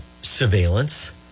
surveillance